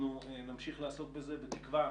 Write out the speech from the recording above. אנחנו נמשיך לעסוק בזה, בתקווה